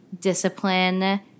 discipline